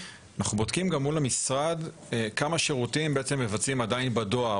אנחנו בודקים גם מול המשרד כמה שירותים מבצעים עדיין בדואר.